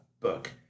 book